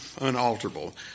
unalterable